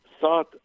thought